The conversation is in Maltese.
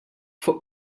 fuq